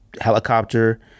Helicopter